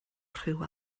rhyw